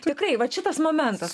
tikrai vat šitas momentas